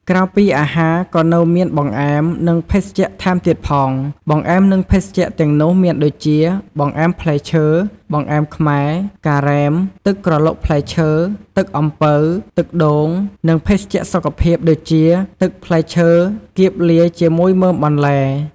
ក្រៅពីអាហារ ក៏នៅមានបង្អែម និងភេសជ្ជៈថែមទៀតផង។ បង្អែម និងភេសជ្ជៈទាំងនោះមានដូចជា បង្អែមផ្លែឈើ បង្អែមខ្មែរ ការ៉េម ទឹកក្រឡុកផ្លែឈើ ទឹកអំពៅ ទឹកដូង និងភេសជ្ជៈសុខភាពដូចជាទឹកផ្លែឈើគៀបលាយជាមួយមើមបន្លែ។